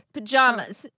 Pajamas